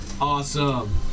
Awesome